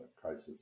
crisis